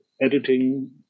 editing